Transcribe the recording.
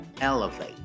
elevate